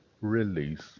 release